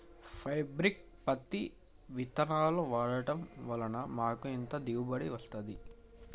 Hybrid పత్తి విత్తనాలు వాడడం వలన మాకు ఎంత దిగుమతి వస్తుంది?